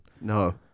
No